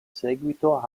seguito